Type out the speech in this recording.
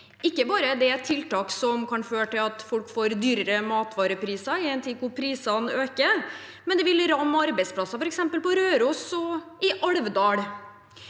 Ikke bare er dette et tiltak som kan føre til at folk får dyrere matvarepriser i en tid hvor prisene øker, men det vil ramme arbeidsplasser, f.eks. på Røros og i Alvdal.